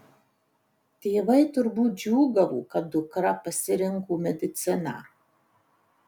tėvai turbūt džiūgavo kad dukra pasirinko mediciną